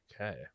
Okay